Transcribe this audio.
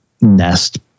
nest